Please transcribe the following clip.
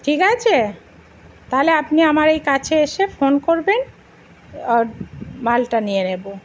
ঠিক আছে তাহলে আপনি আমার এই কাছে এসে ফোন করবেন মালটা নিয়ে নেব